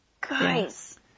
Guys